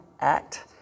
act